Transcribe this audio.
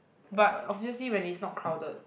but obviously when it's not crowded